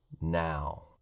now